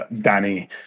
Danny